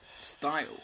style